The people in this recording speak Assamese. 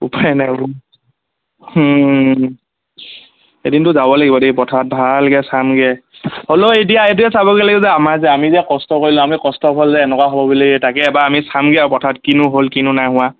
উপায় নাই এদিনটো যাব লাগিব দেই পথাৰত ভালকে চামগৈ হ'লও এতিয়া এতিয়া চাবগে লাগিব যে আমাৰ যে আমি যে কষ্ট কৰিলোঁ আমি কষ্টৰ ফল যে এনেকুৱা হ'ব বুলি তাকে এবাৰ আমি চামগৈ আৰু পথাৰত কিনো হ'ল কিনো নাই হোৱা